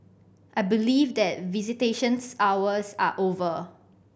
I believe that visitation hours are over